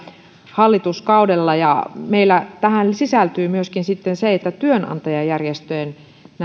hallituskaudella meillä tähän sisältyy myöskin sitten se että työnantajajärjestöjen